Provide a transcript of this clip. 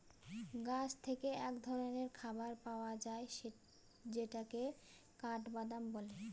গাছ থেকে এক ধরনের খাবার পাওয়া যায় যেটাকে কাঠবাদাম বলে